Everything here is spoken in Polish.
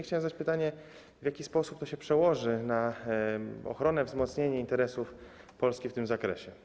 Chciałem zadać pytanie: W jaki sposób to się przełoży na ochronę, wzmocnienie interesów Polski w tym zakresie?